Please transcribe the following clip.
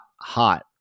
hot